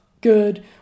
good